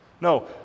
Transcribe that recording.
No